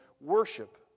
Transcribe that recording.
worship